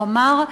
הוא אמר: